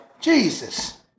Jesus